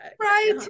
right